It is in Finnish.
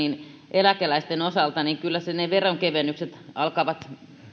eläkeläisten osalta niin kyllä ne veronkevennykset alkavat sitä